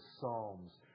Psalms